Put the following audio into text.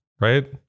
right